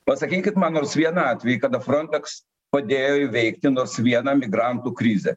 pasakykit man nors vieną atvejį kada frontex padėjo įveikti nors vieną migrantų krizę